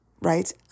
right